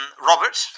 Robert